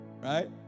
Right